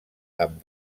amb